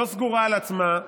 לא סגורה על עצמה,